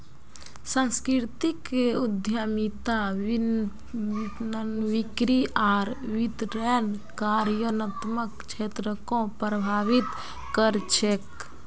सांस्कृतिक उद्यमिता विपणन, बिक्री आर वितरनेर कार्यात्मक क्षेत्रको प्रभावित कर छेक